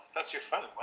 that's your phone. well.